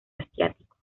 asiáticos